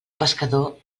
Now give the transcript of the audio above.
pescador